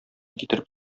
китереп